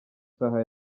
isaha